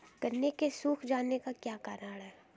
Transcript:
गन्ने के सूख जाने का क्या कारण है?